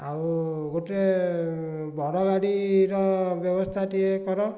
ଆଉ ଗୋଟିଏ ବଡ଼ ଗାଡ଼ିର ବ୍ୟବସ୍ଥା ଟିକିଏ କର